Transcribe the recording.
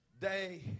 day